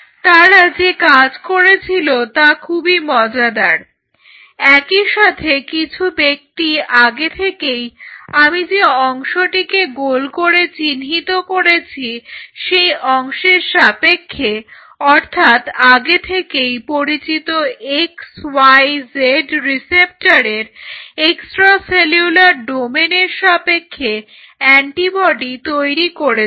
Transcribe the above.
তারা যে কাজ করেছিল তা খুবই মজাদার একই সাথে কিছু ব্যক্তি আগে থেকেই আমি যে অংশটিকে গোল করে চিহ্নিত করেছি সেই অংশের সাপেক্ষে অর্থাৎ আগে থেকেই পরিচিত x y z রিসেপ্টরের এক্সট্রা সেলুলার ডোমেনের সাপেক্ষে অ্যান্টিবডি তৈরি করেছিল